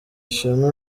ishema